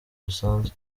busanzwe